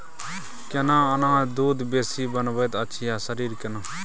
केना अनाज दूध बेसी बनबैत अछि आ शरीर केना?